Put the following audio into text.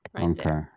okay